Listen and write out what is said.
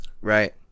right